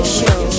Show